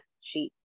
sheet